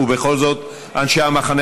אנשי המחנה